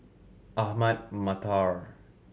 Ahmad Mattar